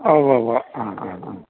ആ ഊവ്വുവ്വ് ആ ആ